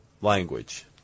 language